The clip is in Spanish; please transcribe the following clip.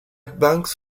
banks